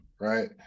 right